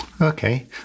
Okay